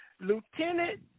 Lieutenant